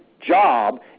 job